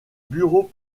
bureau